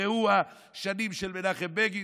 ראו השנים של מנחם בגין,